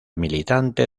militante